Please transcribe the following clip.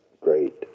great